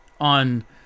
on